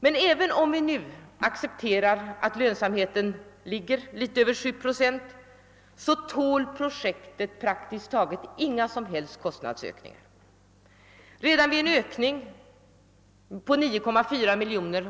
Men även om vi nu accepterar att lönsamheten ligger något över sju procent tål projektet praktiskt taget inga kostnadsökningar. Redan vid en ökning av de beräknade kostnaderna på 166 miljoner